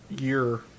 year